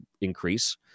increase